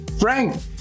Frank